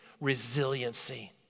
Resiliency